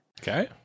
Okay